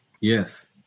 Yes